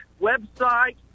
website